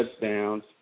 touchdowns